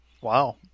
Wow